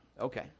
Okay